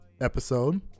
episode